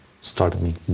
starting